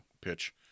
pitch